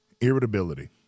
Irritability